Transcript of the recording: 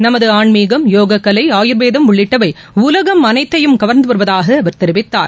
நமது ஆன்மீகம் யோகக்கலை ஆயுர்வேதம் உள்ளிட்டவை உலகம் அனைத்தையும் கவர்ந்து வருவதாக அவர் தெரிவித்தார்